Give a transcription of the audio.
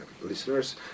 listeners